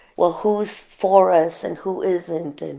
well who's for us and who isn't, and